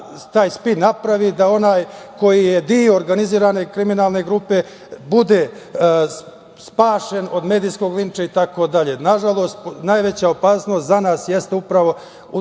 taj spin napravi, da onaj koji je deo organizovane kriminalne grupe bude spašen od medijskog linča i tako dalje. Nažalost, najveća opasnost za nas jeste upravo, u